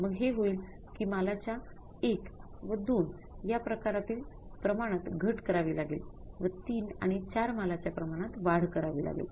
मग हे होईल कि मालाच्या १ व २ या प्रकारातील प्रमाणात घट करावी लागेल व ३ आणि ४ मालाच्या प्रमाणात वाढ करावी लागेल